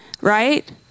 right